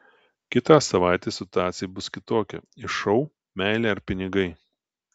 kitą savaitę situacija bus kitokia į šou meilė ar pinigai